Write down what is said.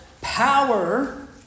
power